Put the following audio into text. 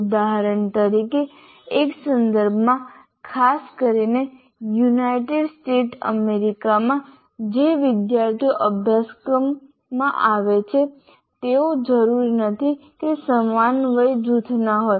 ઉદાહરણ તરીકે એક સંદર્ભમાં ખાસ કરીને યુનાઈટેડ સ્ટેટ્સ અમેરિકામાં જે વિદ્યાર્થીઓ અભ્યાસક્રમમાં આવે છે તે જરૂરી નથી કે તે સમાન વય જૂથના હોય